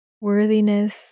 worthiness